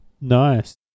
Nice